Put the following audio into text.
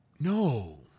no